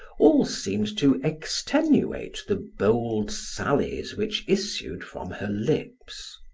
all seemed to extenuate the bold sallies which issued from her lips.